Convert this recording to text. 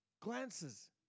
glances